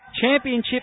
Championship